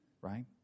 Right